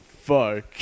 Fuck